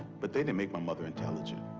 but they didn't make my mother intelligent.